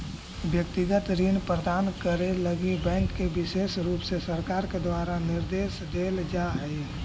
व्यक्तिगत ऋण प्रदान करे लगी बैंक के विशेष रुप से सरकार के द्वारा निर्देश देल जा हई